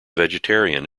vegetarian